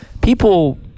people